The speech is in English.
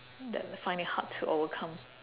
that find it hard to overcome